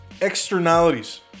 externalities